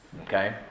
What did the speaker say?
Okay